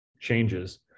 changes